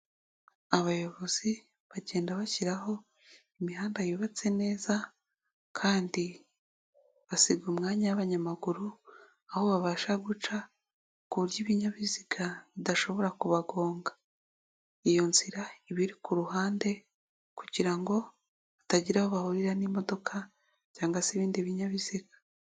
Abayobozi bagenda bashyiraho imihanda yubatse neza kandi basiga umwanya w'abanyamaguru aho babasha guca, ku buryo ibinyabiziga bidashobora kubagonga. Iyo nzira iba iri ku ruhande kugira ngo batagira aho bahurira n'imodoka cyangwa se ibindi binyabiziga.